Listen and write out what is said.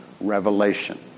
revelation